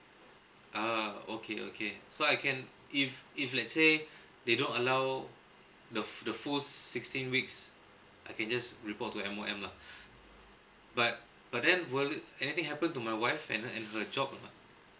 ah okay okay so I can if if let's say they don't allow the the full sixteen weeks I can just report to M_O_M lah but but then will anything happen to my wife and her and her job lah